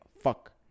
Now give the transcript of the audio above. fuck